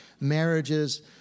marriages